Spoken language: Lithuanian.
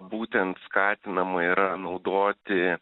būtent skatinama yra naudoti